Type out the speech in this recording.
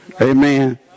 Amen